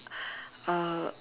uh